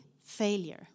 failure